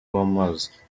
w’amazi